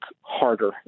harder